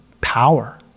power